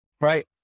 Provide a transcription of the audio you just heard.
right